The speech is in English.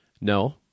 No